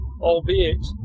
albeit